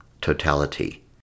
totality